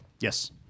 Yes